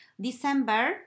december